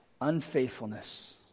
Unfaithfulness